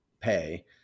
pay